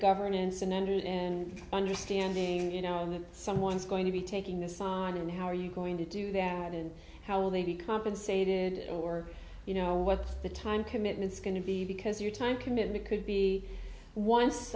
governance unended and understanding you know if someone's going to be taking this on and how are you going to do that and how will they be compensated or you know what the time commitment is going to be because your time commitment could be once